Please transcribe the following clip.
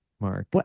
Mark